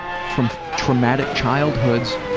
from traumatic childhoods,